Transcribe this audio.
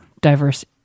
diverse